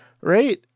right